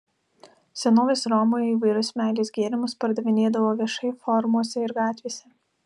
senovės romoje įvairius meilės gėrimus pardavinėdavo viešai forumuose ir gatvėse